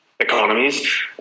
economies